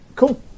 Cool